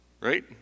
right